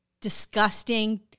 disgusting